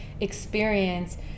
experience